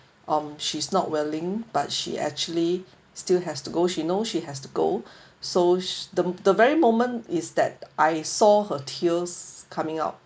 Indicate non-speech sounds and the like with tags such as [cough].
um she's not willing but she actually still has to go she know she has to go [breath] so the the very moment is that I saw her tears coming out